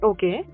Okay